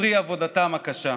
ופרי עבודתם הקשה.